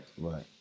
Right